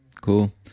Cool